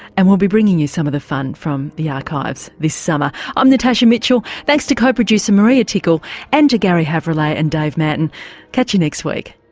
and we'll be bringing you some of the fun from the archives this summer. i'm natasha mitchell, thanks to co-producer maria tickle and to garry havrillay and dave manton catch you next week